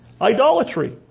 Idolatry